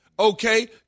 Okay